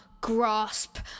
grasp